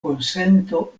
konsento